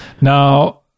Now